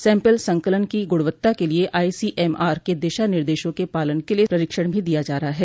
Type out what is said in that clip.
sample संकलन की गुणवत्ता के लिये आईसीएमआर के दिशा निर्देशों के पालन के लिये प्रशिक्षण भी दिया जा रहा है